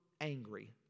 angry